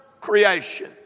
creation